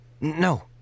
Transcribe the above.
No